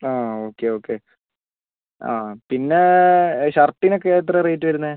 ആ okay okay ആ പിന്നെ ഷർട്ടിനൊക്കെ എത്ര റേറ്റ് വരുന്നത്